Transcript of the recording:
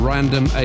Random